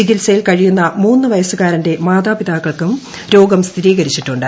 ചികിത്സയിൽ കഴിയുന്ന മൂന്നു വയസ്സുകാരന്റെ മാതാപിതാക്കൾക്കും രോഗം സ്ഥിരീകരിച്ചിട്ടുണ്ട്